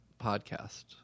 podcast